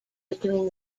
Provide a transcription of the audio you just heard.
between